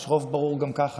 יש רוב ברור גם כך,